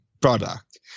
product